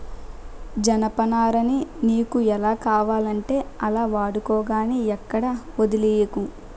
జనపనారని నీకు ఎలా కావాలంటే అలా వాడుకో గానీ ఎక్కడా వొదిలీకు